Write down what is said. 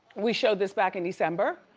we showed this back in december.